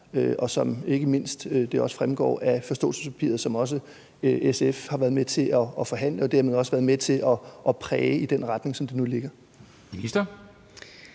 og som det ikke mindst også fremgår af forståelsespapiret, som også SF har været med til at forhandle og dermed også været med til at præge i den retning, som det nu ligger? Kl.